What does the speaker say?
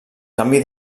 canvi